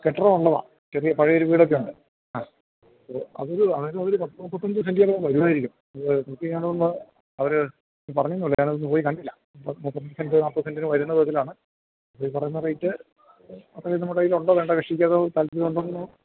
കെട്ടിടം ഉള്ളതോ ചെറിയ പഴയ ഒരു വീടൊക്കെയുണ്ട് ആ അതൊരു പത്ത് മുപ്പത്തി അഞ്ച് സെൻറ്റ് വരുമായിരിക്കും അവർ വന്ന് നോക്കാൻ അവർ പറഞ്ഞിരുന്നു ഞാൻ പോയി കണ്ടില്ല മുപ്പത്തി അഞ്ച് സെൻറ്റ് നാൽപ്പത് സെൻറ്റ് വരുന്ന വിധത്തിലാണ് അവർ പറയുന്ന റേറ്റ്